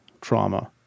trauma